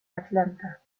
atlanta